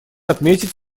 отметить